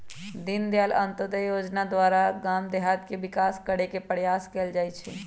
दीनदयाल अंत्योदय जोजना द्वारा गाम देहात के विकास करे के प्रयास कएल जाइ छइ